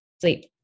sleep